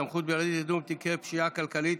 (סמכות בלעדית לדון בתיקי פשיעה כלכלית),